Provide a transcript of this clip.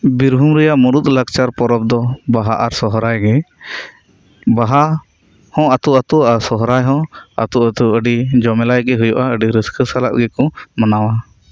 ᱵᱤᱨᱵᱷᱩᱢ ᱨᱮᱭᱟᱜ ᱢᱩᱲᱩᱫ ᱞᱟᱠᱪᱟᱨ ᱯᱚᱨᱚᱵᱽ ᱫᱚ ᱵᱟᱦᱟ ᱟᱨ ᱥᱚᱦᱨᱟᱭ ᱜᱮ ᱵᱟᱦᱟ ᱦᱚᱸ ᱟᱹᱛᱩ ᱟᱹᱛᱩ ᱟᱨ ᱥᱚᱦᱨᱟᱭ ᱟᱹᱛᱩ ᱟᱹᱛᱩ ᱟᱹᱰᱤ ᱡᱚᱢᱮᱞᱟᱭ ᱜᱮ ᱦᱩᱭᱩᱜᱼᱟ ᱟᱹᱰᱤ ᱨᱟᱹᱥᱠᱟᱹ ᱥᱟᱞᱟᱜ ᱜᱮᱠᱚ ᱢᱟᱱᱟᱣᱟ